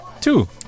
Two